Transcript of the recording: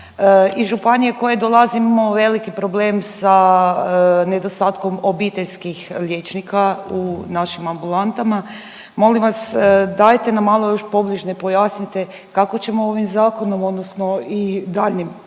Iz županije iz koje dolazim imamo veliki problem sa nedostatkom obiteljskih liječnika u našim ambulantama. Molim vas dajte nam malo još pobliže pojasnite kako ćemo ovim zakonom odnosno i daljnjim